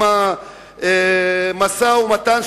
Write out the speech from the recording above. המשא-ומתן,